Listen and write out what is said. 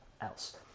else